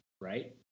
right